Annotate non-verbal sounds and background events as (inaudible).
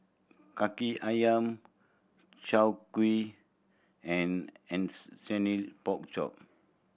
Kaki Ayam chao kuih and (unintelligible) pork chop